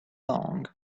long